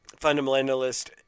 fundamentalist